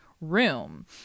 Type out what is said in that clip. room